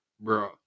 Bro